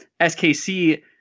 SKC